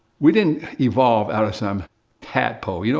we didn't evolve out of some tadpole. you know,